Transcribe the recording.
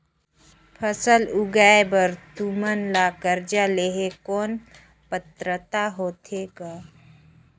फसल उगाय बर तू मन ला कर्जा लेहे कौन पात्रता होथे ग?